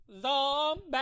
zombie